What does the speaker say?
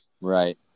Right